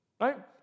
right